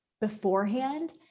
beforehand